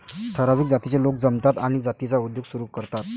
ठराविक जातीचे लोक जमतात आणि जातीचा उद्योग सुरू करतात